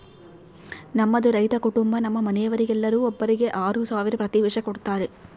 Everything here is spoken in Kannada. ನಮ್ಮದು ರೈತ ಕುಟುಂಬ ನಮ್ಮ ಮನೆಯವರೆಲ್ಲರಿಗೆ ಒಬ್ಬರಿಗೆ ಆರು ಸಾವಿರ ಪ್ರತಿ ವರ್ಷ ಕೊಡತ್ತಾರೆ